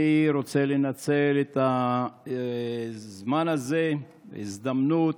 אני רוצה לנצל את הזמן הזה, ההזדמנות,